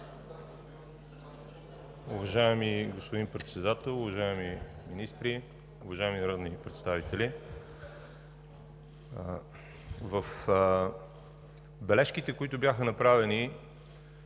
Уважаеми господин Председател, уважаеми министри, уважаеми народни представители! В бележките, които бяха направени